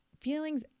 feelings